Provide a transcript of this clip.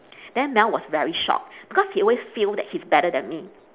then mel was very shocked because he always feel that he's better than me